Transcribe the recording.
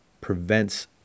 prevents